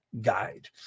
guide